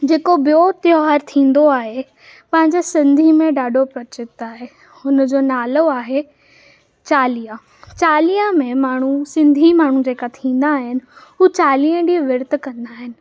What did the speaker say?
जेको बियो त्योहार थींदो आहे पंहिंजे सिंधी में ॾाढो प्रचलित आहे हुनजो नालो आहे चालीहो चालीहो में माण्हू सिंधी माण्हू जेका थींदा आहिनि उहे चालीह ॾींहं विर्तु कंदा आहिनि